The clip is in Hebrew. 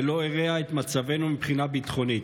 ולא הרעה את מצבנו מבחינה ביטחונית.